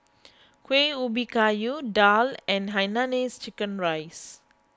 Kueh Ubi Kayu Daal and Hainanese Chicken Rice